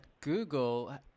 Google